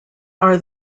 are